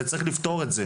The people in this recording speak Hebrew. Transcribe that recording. וצריך לפתור את זה.